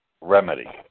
remedy